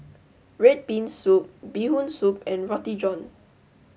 Red Bean Soup Bee Hoon Soup and Roti John